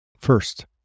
First